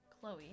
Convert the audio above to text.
Chloe